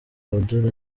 abdul